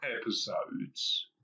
episodes